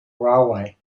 railway